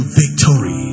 victory